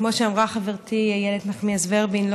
כמו שאמרה חברתי איילת נחמיאס ורבין,